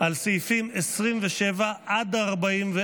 על סעיפים 29 עד 44,